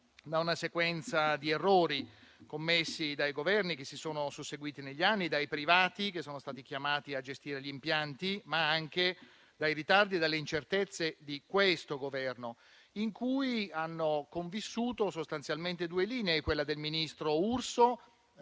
da una sequenza di errori commessi dai Governi che si sono susseguiti negli anni, dai privati che sono stati chiamati a gestire gli impianti, ma anche dai ritardi e dalle incertezze di questo Governo, in cui hanno convissuto due linee: quella del ministro Urso,